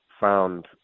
found